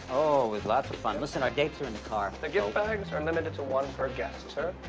oh, it was lots of fun. listen, our dates are i and the car. the gift bags are and limited to one per guest, sir.